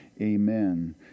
Amen